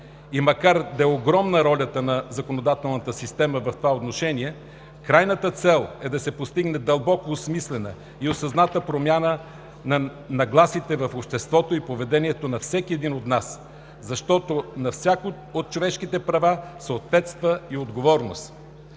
Макар да е огромна ролята на законодателната система в това отношение, крайната цел е да се постигне дълбоко осмислена и осъзната промяна на нагласите в обществото и поведението на всеки от нас, защото на всяко от човешките права съответства и отговорност